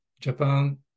Japan